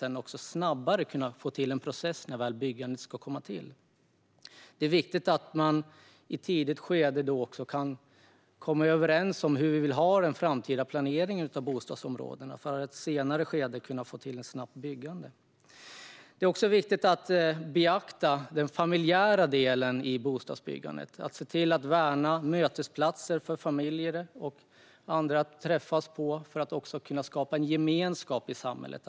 Därför behövs det en långsiktig planering i ett tidigt skede för att man i framtiden ska kunna få en snabbare process när byggandet väl ska komma till. Det är också viktigt att beakta den familjära delen i bostadsbyggandet, att se till att värna mötesplatser för familjer och andra att träffas för att också kunna skapa en gemenskap i samhället.